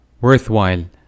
worthwhile